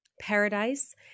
paradise